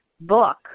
book